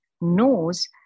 knows